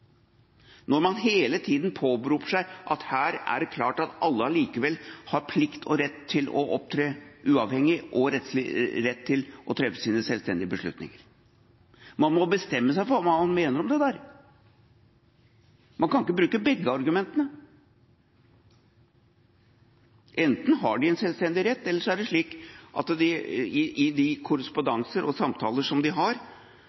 når man hele tida påberoper seg at her er det klart at alle allikevel har plikt og rett til å opptre uavhengig og rett til å treffe sine selvstendige beslutninger. Man må bestemme seg for hva man mener om det. Man kan ikke bruke begge argumentene. Enten har de en selvstendig rett, eller så er det slik at det i de korrespondanser og samtaler som de har,